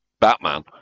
Batman